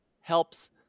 helps